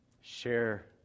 Share